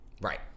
Right